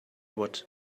what